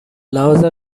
لحاظ